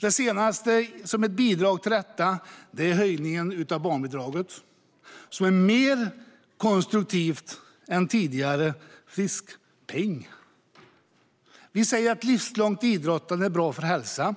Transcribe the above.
Det senaste som har bidragit till detta är höjningen av barnbidraget. Det är mer konstruktivt än tidigare friskpeng. Ett livslångt idrottande är bra för hälsan.